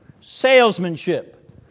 salesmanship